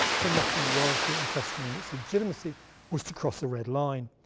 to mocking royalty and questioning its legitimacy was to cross a red line.